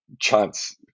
chance